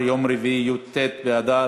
בעד,